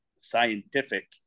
scientific